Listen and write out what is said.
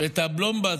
את הפלומבה,